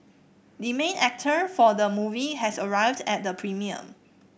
the main actor for the movie has arrived at the premiere